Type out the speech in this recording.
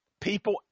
People